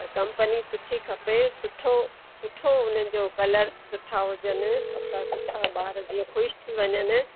त कंपनी सुठी खपे सुठो सुठो उन्हनि जो कलर सुठा हुजनि पक्का सुठा ॿार जीअं ख़ुशि थी वञनि